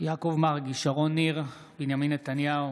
אינה נוכחת יצחק שמעון